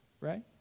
right